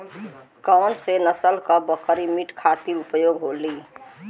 कौन से नसल क बकरी मीट खातिर उपयोग होली?